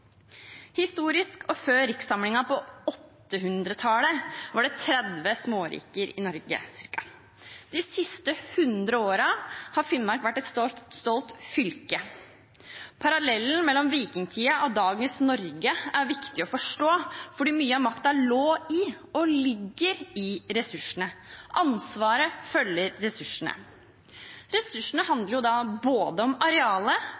Historisk og før rikssamlingen på 800-tallet var det ca. 30 småriker i Norge. De siste 100 årene har Finnmark vært et stolt fylke. Parallellen mellom vikingtiden og dagens Norge er viktig å forstå fordi mye av makta lå i – og ligger i – ressursene, ansvaret følger ressursene. Ressursene handler både om